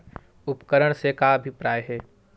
उपकरण से का अभिप्राय हे?